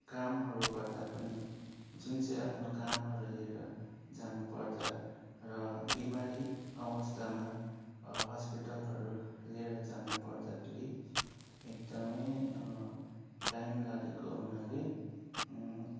कामहरू गर्दा पनि जुन चाहिँ आफ्नो कामहरू लिएर जानुपर्दा र बिमारी अवस्थामा हस्पिटलहरू लिएर जानुपर्दाखेरि एकदमै टाइम लागेको हुनाले